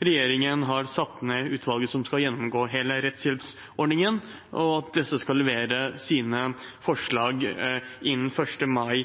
regjeringen har satt ned utvalget som skal gjennomgå hele rettshjelpsordningen, og at det skal levere sine forslag innen 1. mai